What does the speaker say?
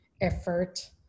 effort